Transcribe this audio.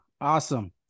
awesome